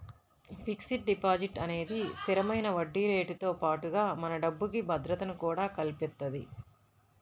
fixed deposit అనేది స్థిరమైన వడ్డీరేటుతో పాటుగా మన డబ్బుకి భద్రతను కూడా కల్పిత్తది